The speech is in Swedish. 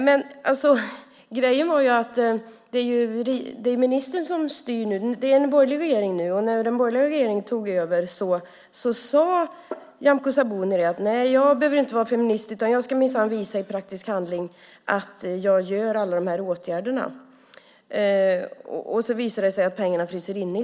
Men det är en borgerlig regering nu, och när hon tog över sade Nyamko Sabuni: Jag behöver inte vara feminist, utan jag ska minsann visa i praktisk handling att jag gör alla dessa åtgärder. Men i stället frös pengarna inne.